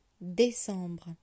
Décembre